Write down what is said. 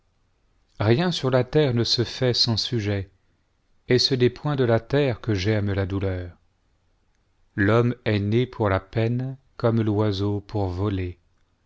rien sur la terre ne se fait sans sujet et ce n'est point de la terre que germe la douleur l'homme est né pour la peine comme l'oiseau pour voler